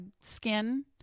skin